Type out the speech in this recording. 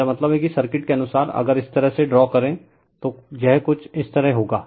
मेरा मतलब है कि सर्किट के अनुसार अगर इस तरह से ड्रा करें तो यह कुछ इस तरह होगा